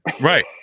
Right